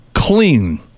Clean